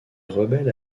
rebelles